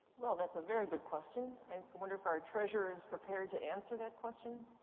well, that's a very good question. i and wonder if our treasurer is prepared to answer that question,